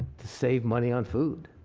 to save money on food.